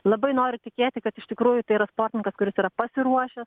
labai noriu tikėti kad iš tikrųjų tai yra sportininkas kuris yra pasiruošęs